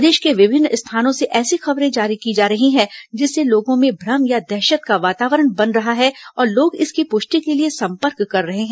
प्रदेश के विभिन्न स्थानों से ऐसी खबरें जारी की जा रही हैं जिससे लोगों में भ्रम या दहशत का वातावरण बन रहा है और लोग इसकी पुष्टि के लिए संपर्क कर रहे हैं